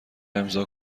امضا